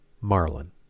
marlin